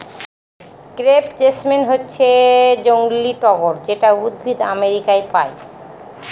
crepe jasmine হচ্ছে জংলী টগর যেটা উদ্ভিদ আমেরিকায় পায়